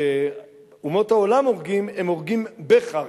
כשאומות העולם הורגים הם הורגים בחרב.